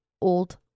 old